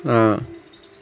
ah